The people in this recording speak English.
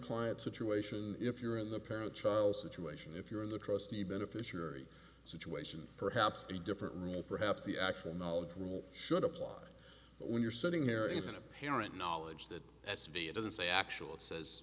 client situation if you're in the parent child situation if you're in the trustee beneficiary situation perhaps a different rule perhaps the actual knowledge rule should apply but when you're sitting here it's apparent knowledge that that's to be it doesn't say actual it says